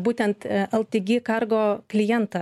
būtent ltg kargo klientą